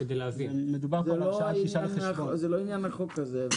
זה לא עניין החוק הזה.